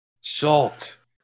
salt